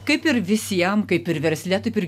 kaip ir visiem kaip ir versle taip ir